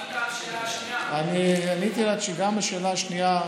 לא ענית על השאלה השנייה.